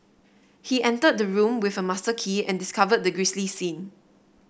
he entered the room with a master key and discovered the grisly scene